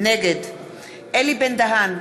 נגד אלי בן-דהן,